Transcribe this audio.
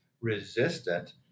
resistant